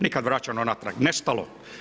Nikad vraćeno natrag, nestalo.